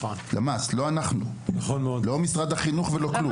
למ"ס, לא אנחנו, לא משרד החינוך ולא כלום.